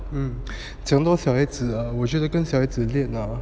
um 讲到小孩子 ah 我觉得跟小孩子练啊